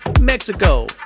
Mexico